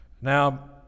Now